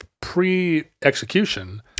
pre-execution